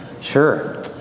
Sure